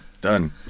Done